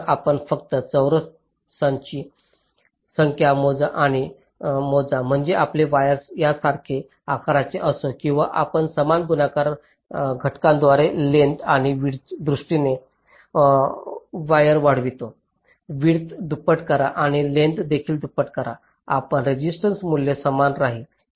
तर आपण फक्त चौरसांची संख्या मोजा म्हणजे आपले वायर्स यासारखे आकाराचे असो किंवा आपण समान गुणाकार घटकांद्वारे लेंग्थस आणि विड्थच्या दृष्टीने वायर वाढवितो विड्थ दुप्पट करा आणि लेंग्थस देखील दुप्पट करा आपला रेसिस्टन्स मूल्य समान राहील